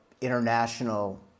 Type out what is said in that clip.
international